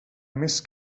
més